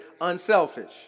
unselfish